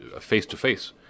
face-to-face